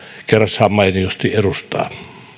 kerrassaan mainiosti edustaa